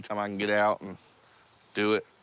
time i can get out and do it.